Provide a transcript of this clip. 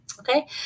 Okay